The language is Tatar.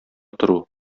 тору